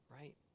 right